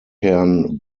herrn